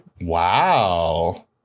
Wow